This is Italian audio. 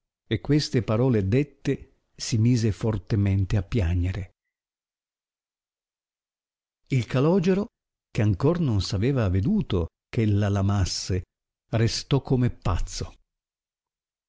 e queste parole dette si mise fortemente a piagnere il calogero che ancor non s aveva aveduto eh ella l amasse restò come pazzo